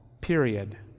period